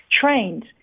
trained